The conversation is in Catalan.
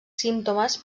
símptomes